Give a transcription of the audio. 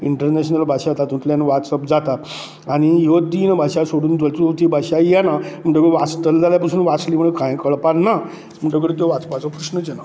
international भाशा तातूंतल्यान वाचप जाता आनी ह्यो तीन भाशा सोडून चवथी भाशा येना म्हणटकर वाचतलो म्हळ्यार कांय कळपाक ना म्हणटकूर तो वाचपाचो प्रस्नच येना